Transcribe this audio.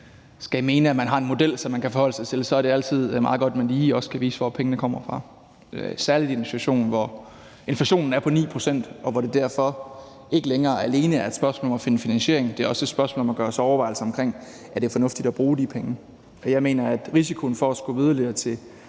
skal mene, at man har en model, som man kan forholde sig til, er det altid meget godt, at man også lige kan vise, hvor pengene kommer fra – særlig i en situation, hvor inflationen er på 9 pct., og hvor det derfor ikke længere alene er et spørgsmål om at finde finansiering, men også et spørgsmål om at gøre sig overvejelser om, om det er fornuftigt at bruge de penge. Jeg mener, at risikoen for at skubbe yderligere til